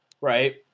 Right